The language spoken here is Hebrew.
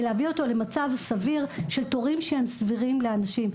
להביא אותו למצב סביר של תורים שהם סבירים לאנשים.